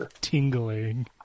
tingling